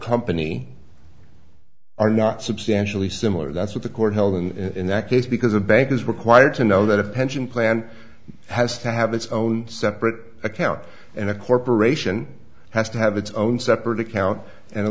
company are not substantially similar that's what the court held in that case because a bank is required to know that a pension plan has to have its own separate account and a corporation has to have its own separate account and a